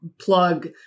plug